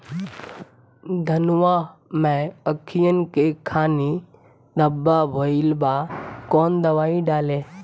धनवा मै अखियन के खानि धबा भयीलबा कौन दवाई डाले?